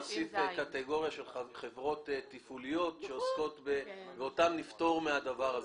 קטגוריה של חברות תפעוליות ואותן נפטור מן הדבר הזה.